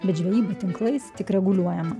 bet žvejyba tinklais tik reguliuojama